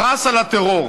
פרס על הטרור,